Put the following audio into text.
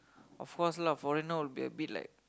of course lah foreigner would be a bit like